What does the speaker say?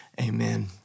amen